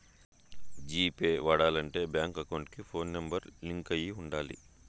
G Pay వాడాలంటే bank account కి phone number link అయి ఉండాలి